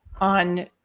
on